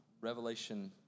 Revelation